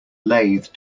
lathe